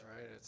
right